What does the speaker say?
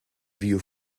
view